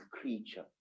creature